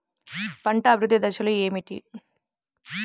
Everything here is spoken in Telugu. పంట అభివృద్ధి దశలు ఏమిటి?